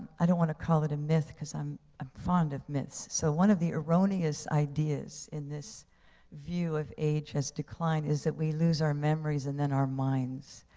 i don't want to call it a myth, because i'm um fond of myths. so one of the erroneous ideas in this view of age has declined is that we lose our memories and then our minds.